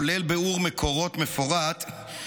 כולל ביאור מקורות מפורט,